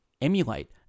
emulate